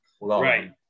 right